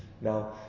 Now